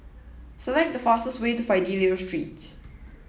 select the fastest way to Fidelio Street